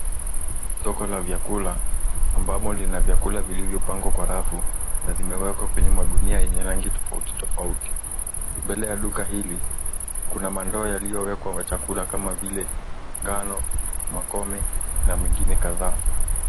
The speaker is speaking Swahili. Soko la vyakula ambamo lina vyakula vilivyopangwa kwa rafu na zimewekwa kwenye magunia enye rangi tofautitofauti. Mbele ya duka hili kuna mandoo yaliyowekwa machakula kama vile ngano, makome na mengine kadhaa.